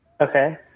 Okay